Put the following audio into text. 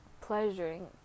pleasuring